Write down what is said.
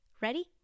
ready